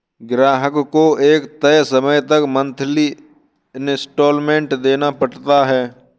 ग्राहक को एक तय समय तक मंथली इंस्टॉल्मेंट देना पड़ता है